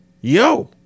yo